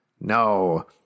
No